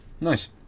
nice